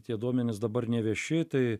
tie duomenys dabar nevieši tai